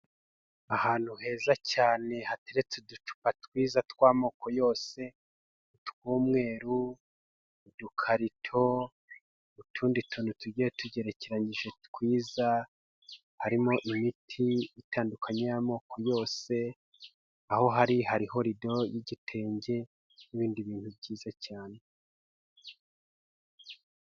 Ahantu heza cyane hateretse uducupa twiza tw'amoko yose, utw'umweru, udukarito, utundi tuntu tugiye tugerekeranyije twiza, harimo imiti itandukanye y'amoko yose aho hari hariho rido y'igitenge n'ibindi bintu byiza cyane.